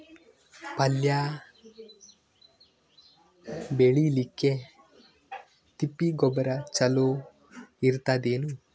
ಪಲ್ಯ ಬೇಳಿಲಿಕ್ಕೆ ತಿಪ್ಪಿ ಗೊಬ್ಬರ ಚಲೋ ಇರತದೇನು?